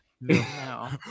No